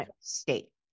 state